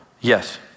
Yes